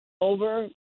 over